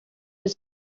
bis